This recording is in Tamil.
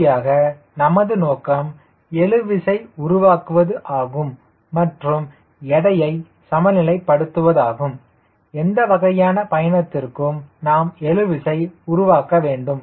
இறுதியாக நமது நோக்கம் எழு விசை உருவாக்குவதாகும் மற்றும் எடையை சமநிலை படுத்துவதாகும் எந்த வகையான பயணத்திற்கும் நாம் எழு விசை உருவாக்க வேண்டும்